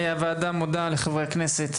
הוועדה מודה לחברי הכנסת.